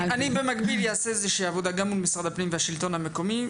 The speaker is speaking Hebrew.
אני במקביל אעשה איזושהי עבודה גם מול משרד הפנים והשלטון המקומי,